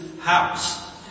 house